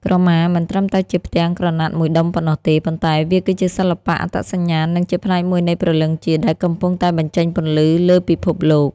ក្រមាមិនត្រឹមតែជាផ្ទាំងក្រណាត់មួយដុំប៉ុណ្ណោះទេ ប៉ុន្តែវាគឺជាសិល្បៈ អត្តសញ្ញាណ និងជាផ្នែកមួយនៃព្រលឹងជាតិ ដែលកំពុងតែបញ្ចេញពន្លឺលើពិភពលោក។